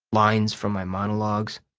lines from my monologues.